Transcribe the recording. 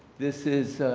this is